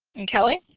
and kelly?